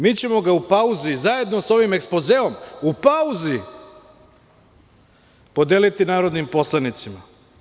Mi ćemo ga u pauzi, zajedno sa ovim ekspozeom, u pauzi podeliti narodnim poslanicima.